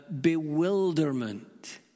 bewilderment